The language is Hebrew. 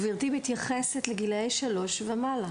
גברתי מתייחסת לגילאי שלוש ומעלה.